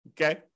okay